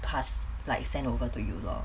pass like send over to you lor